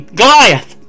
Goliath